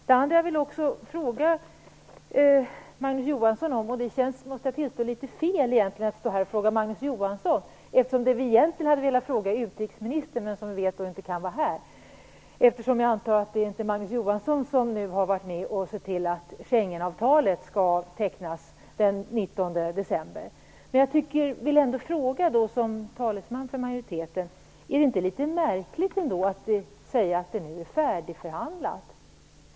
Det andra jag vill fråga Magnus Johansson om känns det egentligen litet fel att fråga honom om, måste jag tillstå, eftersom den vi egentligen hade velat fråga är utrikesministern, som vi vet inte kan vara här. Jag antar att det inte är Magnus Johansson som har varit med och sett till att Schengenavtalet skall undertecknas den 19 december. Men jag vill ändå fråga honom, som talesman för majoriteten: Är det inte litet märkligt att säga att det nu är färdigförhandlat?